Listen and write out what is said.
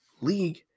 league